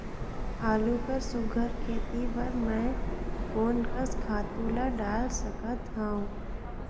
आलू कर सुघ्घर खेती बर मैं कोन कस खातु ला डाल सकत हाव?